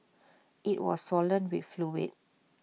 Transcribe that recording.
IT was swollen with fluid